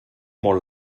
molt